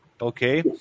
Okay